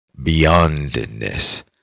beyondness